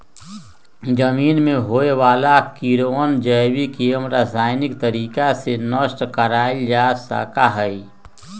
जमीन में होवे वाला कीड़वन जैविक एवं रसायनिक तरीका से नष्ट कइल जा सका हई